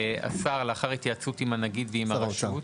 "השר, לאחר התייעצות עם הנגיד ועם הרשות,